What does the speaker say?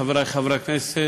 חברי חברי הכנסת,